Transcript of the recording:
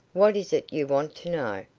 what is it you want to know?